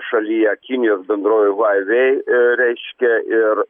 šalyje kinijos bendrovė vaivei reiškia ir